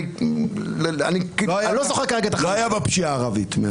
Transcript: לא הייתה פשיעה ערבית?